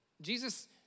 Jesus